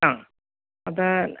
ആ അപ്പോൾ